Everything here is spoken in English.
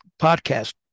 podcast